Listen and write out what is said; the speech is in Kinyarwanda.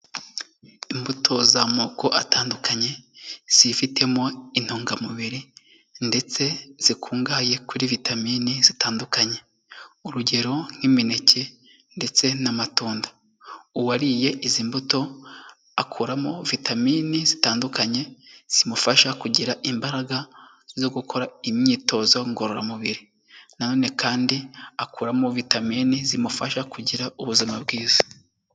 Imbuto z'amoko atandukanye zifitemo intungamubiri ndetse zikungahaye kuri vitamini zitandukanye, urugero nk'imineke ndetse n'amatunda. Uwariye izi mbuto akuramo vitamini zitandukanye zimufasha kugira imbaraga zo gukora imyitozo ngororamubiri, nanone kandi akuramo vitamini zimufasha kugira ubuzima bwiza.